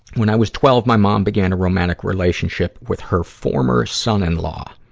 when i was twelve, my mom began a romantic relationship with her former son-in-law.